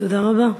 תודה רבה.